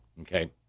Okay